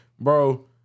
bro